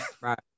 Right